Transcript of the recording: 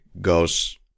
goes